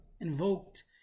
invoked